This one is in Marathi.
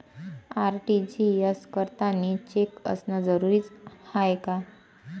आर.टी.जी.एस करतांनी चेक असनं जरुरीच हाय का?